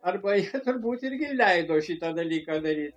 ar jie turbūt irgi leido šitą dalyką daryt